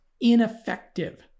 ineffective